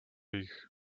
jich